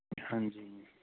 ਹਾਂਜੀ